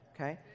okay